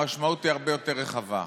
המשמעות היא הרבה יותר רחבה.